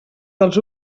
dels